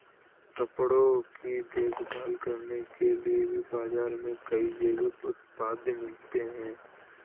कपड़ों की देखभाल करने के लिए भी बाज़ार में कई जैविक उत्पाद मिलते हैं